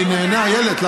אני נהנה, איילת.